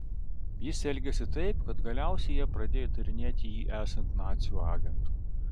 jis elgėsi taip kad galiausiai jie pradėjo įtarinėti jį esant nacių agentu